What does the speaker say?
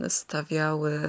stawiały